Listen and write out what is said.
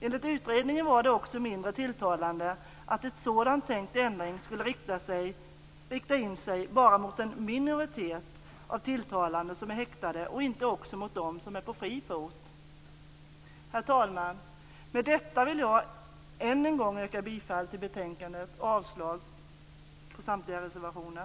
Enligt utredningen var det också mindre tilltalande att en sådan tänkt ändring skulle rikta in sig bara mot den minoritet av tilltalade som är häktade, inte också mot dem som är på fri fot. Herr talman! Med detta yrkar jag än en gång bifall till hemställan i betänkandet och avslag på samtliga reservationer.